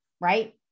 right